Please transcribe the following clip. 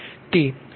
તેથી 0